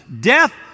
Death